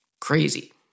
crazy